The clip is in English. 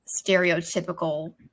stereotypical